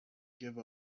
give